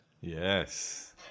Yes